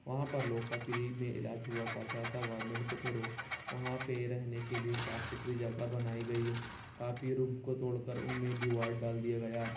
وہاں پر لوگوں کا فری میں علاج ہوا کرتا تھا گورمنٹ کے تھرو وہاں پہ رہنے کے لیے صاف ستھری جگہ بنائی گئی کافی رومس کو توڑ کر ان میں بھی وارڈ ڈال دیا گیا